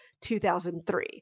2003